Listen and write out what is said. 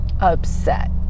upset